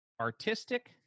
Artistic